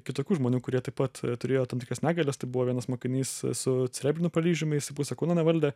kitokių žmonių kurie taip pat turėjo tam tikras negalias tai buvo vienas mokinys su cerebriniu paralyžiumi jisai pusę kūno nevaldė